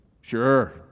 Sure